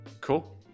cool